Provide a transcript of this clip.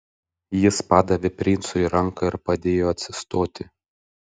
jis padavė princui ranką ir padėjo atsistoti